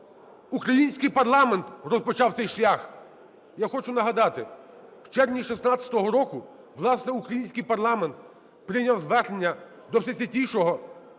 Український парламент розпочав цей шлях. Я хочу нагадати, в червні 16-го року, власне, український парламент прийняв звернення до Всесвятійшого